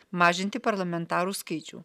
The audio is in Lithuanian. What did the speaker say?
mažinti parlamentarų skaičių